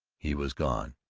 he was gone.